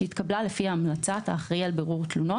שהתקבלה לפי המלצת האחראי על בירור תלונות